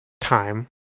time